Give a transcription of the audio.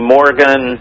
Morgan